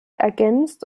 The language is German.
ergänzt